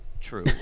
True